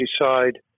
decide